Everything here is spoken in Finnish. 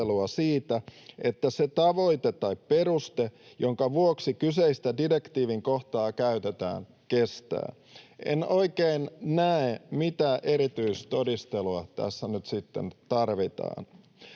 siitä, että se tavoite tai peruste, jonka vuoksi kyseistä direktiivin kohtaa käytetään, kestää. En oikein näe, mitä erityistodistelua tässä nyt sitten tarvitaan.